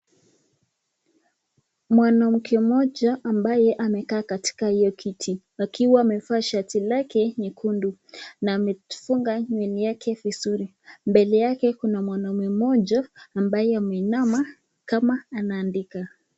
Mwanamke mmoja ambaye amekaa katika hiyo kiti akiwa amevaa shati lake nyekundu na amefunga nywele yake vizuri. Mbele yake kuna mwanaume mmoja ambaye ameinama kama anaandika.